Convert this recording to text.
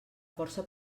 força